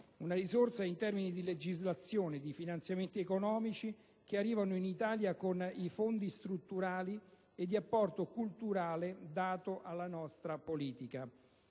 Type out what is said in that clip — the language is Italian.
Una risorsa in termini di legislazione, di finanziamenti economici, che arrivano in Italia con i fondi strutturali, e di apporto culturale dato alla nostra politica.